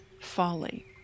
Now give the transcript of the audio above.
folly